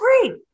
great